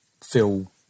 feel